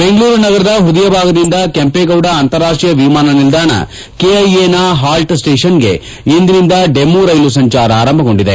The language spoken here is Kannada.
ಬೆಂಗಳೂರು ನಗರದ ಹೃದಯ ಭಾಗದಿಂದ ಕೆಂಪೇಗೌಡ ಅಂತಾರಾಷ್ಷೀಯ ವಿಮಾನ ನಿಲ್ದಾಣ ಕೆಐಎನ ಹಾಲ್ಟ್ ಸ್ವೇಷನ್ಗೆ ಇಂದಿನಿಂದ ಡೆಮು ರೈಲು ಸಂಚಾರ ಆರಂಭಗೊಂಡಿದೆ